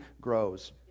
grows